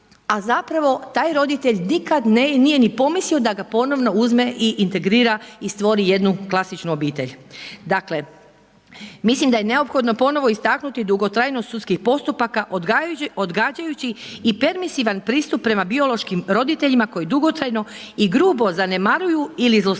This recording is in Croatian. a zapravo taj roditelj nikad nije ni pomislio da ga ponovno uzme i integrira i stvori jednu klasičnu obitelj. Dakle, mislim da je neophodno ponovno istaknuti dugotrajnost sudskih postupaka odgađajući i permisivan pristup prema biološkim roditeljima koji dugotrajno i grubo zanemaruju ili zlostavljaju